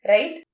Right